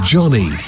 Johnny